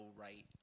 right